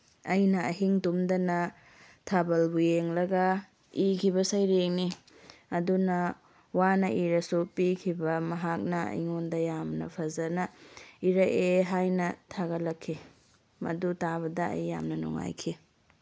ꯑꯩꯅ ꯑꯍꯤꯡ ꯇꯨꯝꯗꯅ ꯊꯕꯜꯕꯨ ꯌꯦꯡꯂꯒ ꯏꯈꯤꯕ ꯁꯩꯔꯦꯡꯅꯤ ꯑꯗꯨꯅ ꯋꯥꯅ ꯏꯔꯁꯨ ꯄꯤꯈꯤꯕ ꯃꯍꯥꯛꯅ ꯑꯩꯉꯣꯟꯗ ꯌꯥꯝꯅ ꯐꯖꯅ ꯏꯔꯛꯑꯦ ꯍꯥꯏꯅ ꯊꯥꯒꯠꯂꯛꯈꯤ ꯃꯗꯨ ꯇꯥꯕꯗ ꯑꯩ ꯌꯥꯝꯅ ꯅꯨꯉꯥꯏꯈꯤ